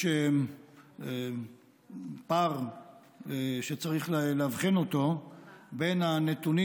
יש פער שצריך לאבחן אותו בין הנתונים